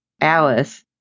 Alice